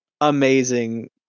amazing